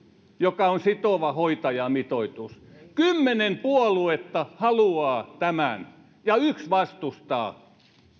joka on sitova hoitajamitoitus kymmenen puoluetta haluaa tämän ja yksi vastustaa